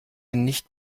nicht